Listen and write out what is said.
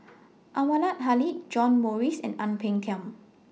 Anwarul Haque John Morrice and Ang Peng Tiam